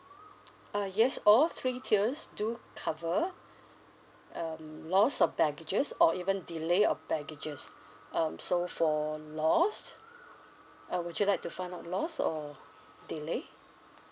uh yes all three tiers do cover um lost of baggages or even delay of baggages um so for loss uh would you like to find out loss or delay